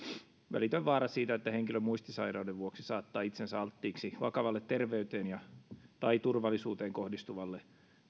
välitön vaara siitä että henkilö muistisairauden vuoksi saattaa itsensä alttiiksi vakavalle terveyteen tai turvallisuuteen kohdistuvalle